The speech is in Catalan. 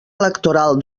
electoral